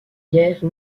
guère